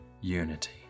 unity